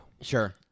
Sure